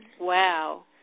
Wow